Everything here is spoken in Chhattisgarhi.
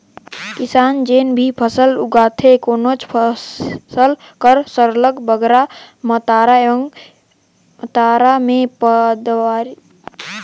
किसान जेन भी फसल उगाथे कोनोच फसिल कर सरलग बगरा मातरा में पएदावारी लेहे ले रहथे